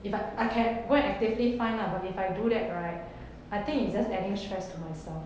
if I I can go and actively find lah but if I do that I think it's just adding stress to myself